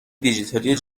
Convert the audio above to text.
دیجیتالی